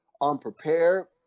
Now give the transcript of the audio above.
unprepared